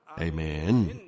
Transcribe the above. Amen